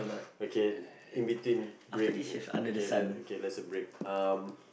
okay in between break okay then okay let's have break um